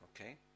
Okay